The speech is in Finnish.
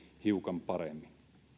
hiukan paremmin